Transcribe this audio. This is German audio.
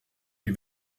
die